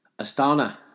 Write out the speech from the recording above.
Astana